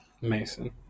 Mason